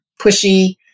pushy